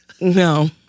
No